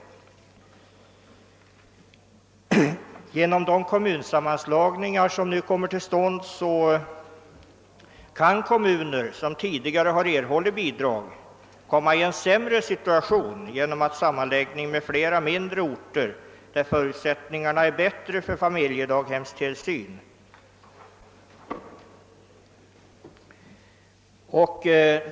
På grund av de kommunsammanslagningar som nu kommer till stånd, kan kommuner som tidigare har erhållit bidrag komma i en sämre situation genom att sammanslagning sker med flera mindre orter, där förutsättningarna för familjedaghemstillsyn är bättre.